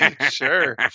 Sure